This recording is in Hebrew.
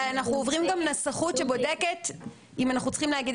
אנחנו עוברים גם נסחות שבודקת אם אנחנו צריכים להגיד